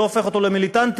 זה הופך אותו ללא מיליטנטי,